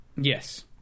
Yes